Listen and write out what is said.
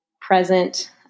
present